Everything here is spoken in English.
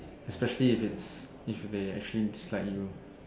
especially if it's if they actually dislike you